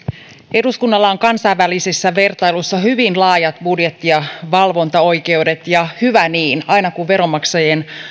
eduskunnalla on kansainvälisissä vertailuissa hyvin laajat budjetti ja valvontaoikeudet ja hyvä niin aina kun veronmaksajien